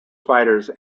fighters